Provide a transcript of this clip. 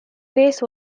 grace